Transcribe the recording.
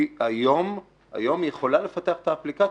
היום היא יכולה לפתח את האפליקציה.